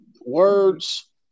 words